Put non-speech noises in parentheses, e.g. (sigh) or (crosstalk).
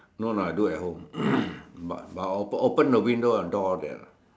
no lah do at home (coughs) but but I will op~ open the window and door all that lah